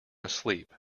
asleep